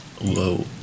Low